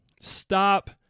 stop